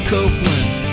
Copeland